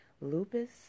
Lupus